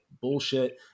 bullshit